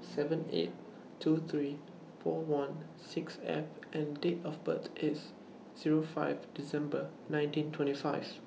seven eight two three four one six F and Date of birth IS Zero five December nineteen twenty five